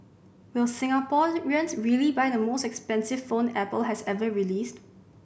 will Singaporeans really buy the most expensive phone Apple has ever released